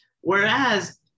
Whereas